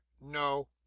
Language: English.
no